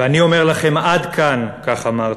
ואני אומר לכם: עד כאן"; כך אמרת.